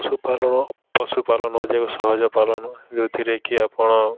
ପଶୁପାଳନ ପଶୁପାଳନ ହେଉଛି ଏକ ସହଜ ପାଳନ ଯୋଉଥିରେ କି ଆପଣ